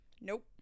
Nope